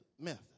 method